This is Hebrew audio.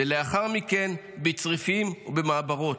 ולאחר מכן, בצריפים ובמעברות.